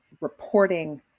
reporting